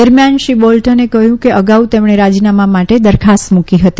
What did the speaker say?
દરમિયાન શ્રી બોલ્ટને કહ્યું કે અગાઉ તેમણે રાજીનામા માટે દરખાસ્ત મુકી હતી